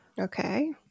Okay